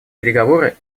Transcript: переговоры